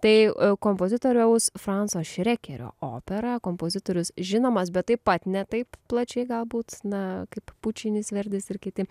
tai kompozitoriaus franso šrekerio opera kompozitorius žinomas bet taip pat ne taip plačiai galbūt na kaip pučinis verdis ir kiti